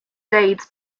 dates